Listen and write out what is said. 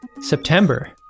September